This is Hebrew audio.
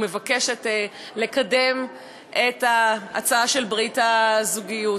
ומבקשת לקדם את ההצעה של ברית הזוגיות.